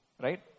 right